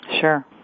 Sure